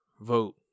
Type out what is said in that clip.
vote